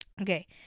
Okay